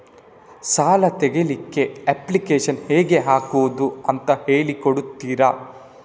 ಸಾಲ ತೆಗಿಲಿಕ್ಕೆ ಅಪ್ಲಿಕೇಶನ್ ಹೇಗೆ ಹಾಕುದು ಅಂತ ಹೇಳಿಕೊಡ್ತೀರಾ?